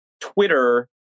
Twitter